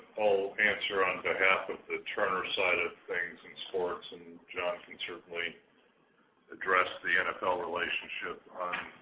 i'll answer on behalf of the turner side of things, and scotts and john can certainly address the nfl relationship